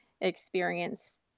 experience